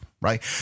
right